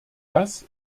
das